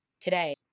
today